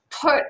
put